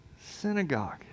synagogue